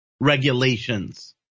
regulations